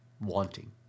wanting